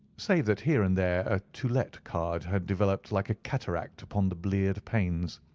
save that here and there a to let card had developed like a cataract upon the bleared panes.